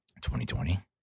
2020